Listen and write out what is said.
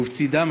ובצד זה,